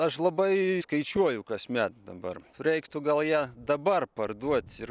aš labai skaičiuoju kasmet dabar reiktų gal ją dabar parduot ir